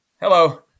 hello